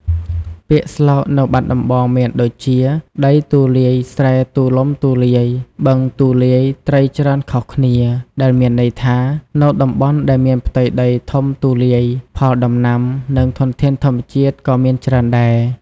ពាក្យស្លោកនៅបាត់ដំបងមានដូចជា "ដីទូលាយស្រែទូលំទូលាយ បឹងទូលាយត្រីច្រើនខុសគ្នា" ដែលមានន័យថា នៅតំបន់ដែលមានផ្ទៃដីធំទូលាយ ផលដំណាំ និងធនធានធម្មជាតិក៏មានច្រើនដែរ។